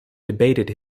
debated